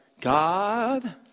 God